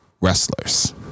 wrestlers